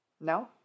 no